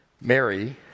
Mary